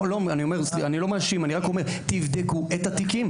אני לא מאשים, אני רק אומר שתבדקו את התיקים.